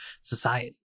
society